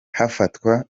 hafatwa